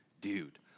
dude